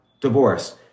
divorce